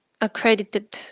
accredited